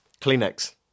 Kleenex